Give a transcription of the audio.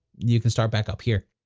you can start back up here.